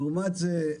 לעומת זה,